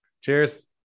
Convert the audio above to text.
Cheers